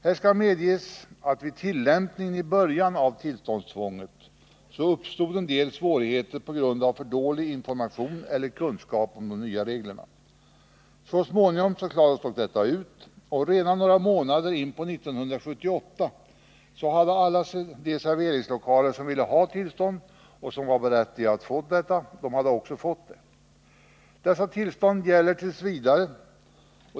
Här skall medges att det vid tillämpningen av tillståndstvånget i början uppstod en del svårigheter på grund av att informationen eller kunskapen om de nya reglerna var dåliga. Så småningom klarades dock detta ut, och redan några månader in på 1978 så hade alla de serveringslokaler som ville ha tillstånd och var berättigade att få det också fått det. Dessa tillstånd gäller t. v.